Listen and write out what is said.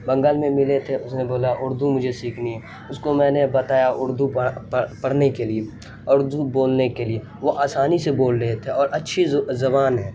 بنگال میں ملے تھے اس نے بولا اردو مجھے سیکھنی ہے اس کو میں نے بتایا اردو پڑھنے کے لیے اردو بولنے کے لیے وہ آسانی سے بول رہے تھے اور اچھی زبان ہے